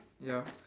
ya